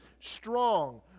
strong